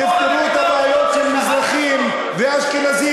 אתם תפתרו את הבעיות של מזרחים ואשכנזים.